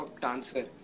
dancer